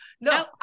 No